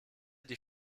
die